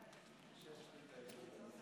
היושב-ראש, חברי כנסת נכבדים,